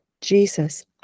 Jesus